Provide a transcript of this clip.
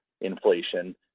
inflation